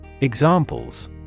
Examples